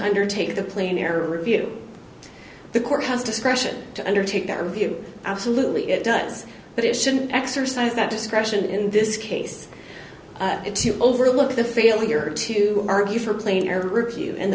undertake the play in error review the court has discretion to undertake that review absolutely it does but it shouldn't exercise that discretion in this case to overlook the failure to argue for a plane or review in the